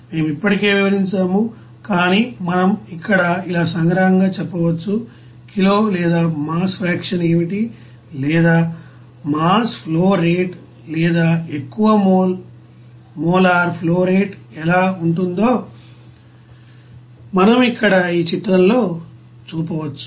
మేము ఇప్పటికే వివరించాము కాని మనం ఇక్కడ ఇలా సంగ్రహంగా చెప్పవచ్చు కిలో లేదామాస్ ఫ్రేక్షన్ ఏమిటి లేదా మాస్ ఫ్లో రేట్ లేదా ఎక్కువ మోల్ మోలార్ ఫ్లో రేట్ ఎలా ఉంటుందో మనం ఇక్కడ ఈ చిత్రంలో చూపవచ్చు